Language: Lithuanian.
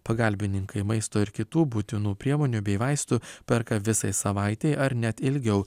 pagalbininkai maisto ir kitų būtinų priemonių bei vaistų perka visai savaitei ar net ilgiau